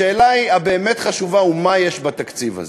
השאלה החשובה באמת היא: מה יש בתקציב הזה?